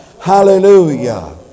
Hallelujah